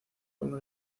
como